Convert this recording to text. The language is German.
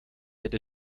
hätte